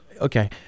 Okay